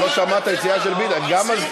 את לא שמעת את היציאה של ביטן: גם מזכירת